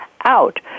out